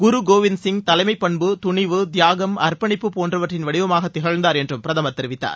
குருகோவிந்த் சிங் தலைமைப்பண்பு துணிவு தியாகம் அர்ப்பணிப்பு போன்றவற்றின் வடிவமாக திகழ்ந்தார் என்று பிரதமர் தெரிவித்தார்